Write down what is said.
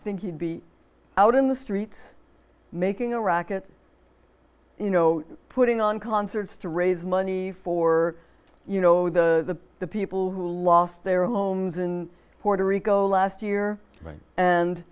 think you'd be out in the streets making a racket you know putting on concerts to raise money for you know the the people who lost their homes in puerto rico last year